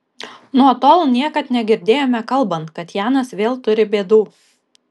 nuo tol niekad negirdėjome kalbant kad janas vėl turi bėdų